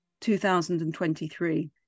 2023